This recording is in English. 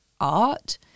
art